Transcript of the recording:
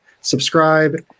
subscribe